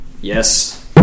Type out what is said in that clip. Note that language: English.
Yes